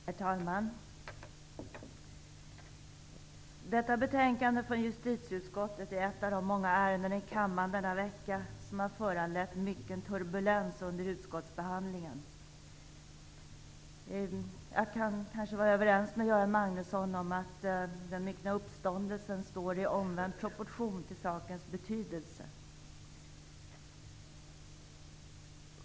Herr talman! Detta betänkande från justitieutskottet behandlar ett av de många ärenden i kammaren denna vecka som har föranlett mycken turbulens under utskottsbehandlingen. Jag kan kanske hålla med Göran Magnusson om att den myckna uppståndelsen står i omvänd proportion till sakens betydelse.